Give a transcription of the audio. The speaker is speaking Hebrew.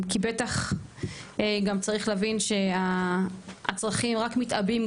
כי בטח גם צריך להבין שהצרכים רק מתעבים,